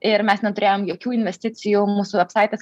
ir mes neturėjom jokių investicijų mūsų vepsaitas